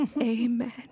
Amen